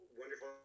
wonderful